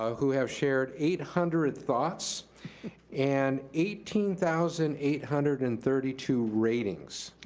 who have shared eight hundred thoughts and eighteen thousand eight hundred and thirty two ratings.